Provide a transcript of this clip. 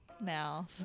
now